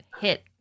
hit